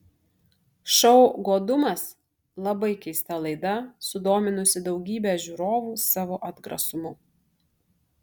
šou godumas labai keista laida sudominusi daugybę žiūrovu savo atgrasumu